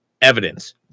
evidence